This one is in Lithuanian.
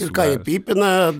ir ką jie pypina